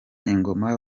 ingoma